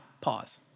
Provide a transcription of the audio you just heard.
pause